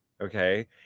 okay